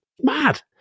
Mad